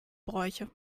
bräuche